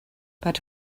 but